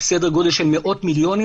סדר גודל של מאות מיליונים,